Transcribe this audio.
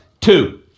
two